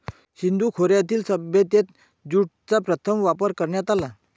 सिंधू खोऱ्यातील सभ्यतेत ज्यूटचा प्रथम वापर करण्यात आला